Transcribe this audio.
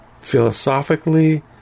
philosophically